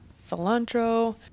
cilantro